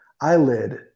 eyelid